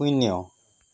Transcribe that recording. শূন্য